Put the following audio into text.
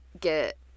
get